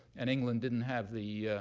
and england didn't have the